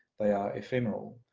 they are ephemeral,